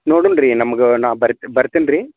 ನೋಡಿಲ್ಲ ರೀ ನಮ್ಗೆ ನಾವು ಬರ್ ಬರ್ತೇನೆ ರೀ